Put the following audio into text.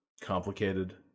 complicated